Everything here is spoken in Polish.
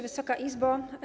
Wysoka Izbo!